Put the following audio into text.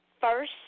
First